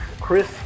Chris